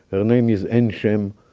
and her name is einshem.